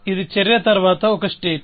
ఇది చర్య తర్వాత ఒక స్టేట్